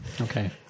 Okay